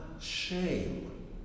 shame